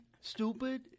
Stupid